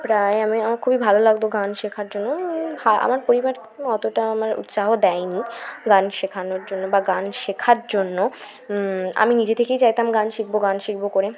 প্রায় আমি আমার খুবই ভালো লাগতো গান শেখার জন্য আমার পরিবার অতটা আমার উৎসাহ দেয়নি গান শেখানোর জন্য বা গান শেখার জন্য আমি নিজে থেকেই চাইতাম গান শিখব গান শিখব করে